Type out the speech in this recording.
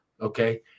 Okay